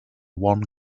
one